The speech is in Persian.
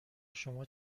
شما